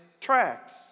tracks